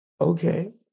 Okay